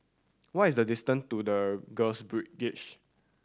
what is the distant to The Girls